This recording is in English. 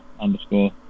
underscore